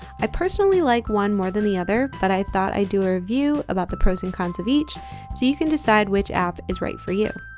i personally like one more than the other but i thought i'd do a review about the pros and cons of each so you can decide which app is right for you.